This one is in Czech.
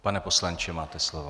Pane poslanče, máte slovo.